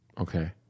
Okay